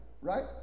right